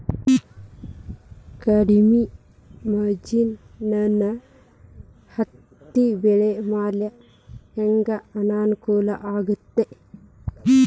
ಕಡಮಿ ಮಂಜ್ ನನ್ ಹತ್ತಿಬೆಳಿ ಮ್ಯಾಲೆ ಹೆಂಗ್ ಅನಾನುಕೂಲ ಆಗ್ತೆತಿ?